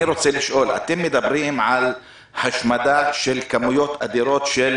אני רוצה לשאול: אתם מדברים על השמדה של כמויות אדירות של